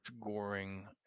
goring